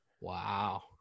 Wow